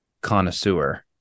connoisseur